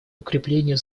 укреплению